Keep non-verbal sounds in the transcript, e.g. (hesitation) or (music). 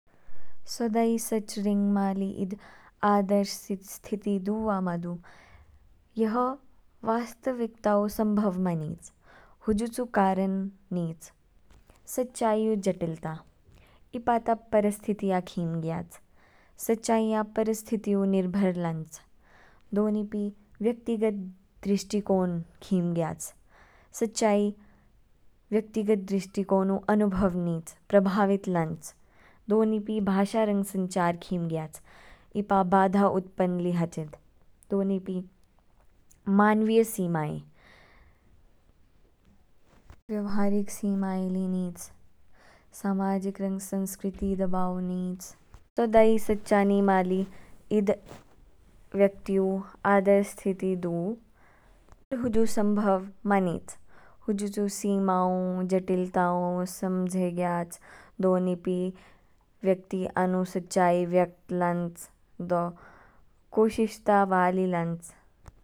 सौदा ई सच रिंगमा ली ईद आदर्श स्थिति (hesitation) दू आ मा दू। यह वस्विकता ऊ संभव मानिच, हुजू चू कारण नीच, सच्चाई ऊ जटिलता ई पा ता परिस्थितियां खीम ग्याच, सच्चाईया परिस्थितियु निर्भर लांच। दो निपी व्यक्तिगत दृष्टिकोण खीम ग्याच। सच्चाई व्यक्तिगत दृष्टिकोण ऊ अनुभव नीच, प्रभावित लांच। दो निपी भाषा रंग संचार खीम ग्याच, इपा बाधा उत्पन्न ली हचिद। दो निपी मानवीय सीमाए, व्यवहारिक सीमाए ली नीच, सामाजिक रंग संस्कृति दबाव नीच। सौदा ई सच्चा नीमा ली ईद व्यक्ति ऊ आदर्श स्थिति दू। हुजु (unintelligible) संभव मानिच, हुजु चू सीमा ऊ, जटिलता ऊ समझेन ग्याच। दो निपी व्यक्ति आनु सच्चाई व्यक्त लांच, दो कोशिश ता वाली लांच।